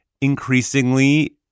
increasingly